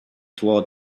toward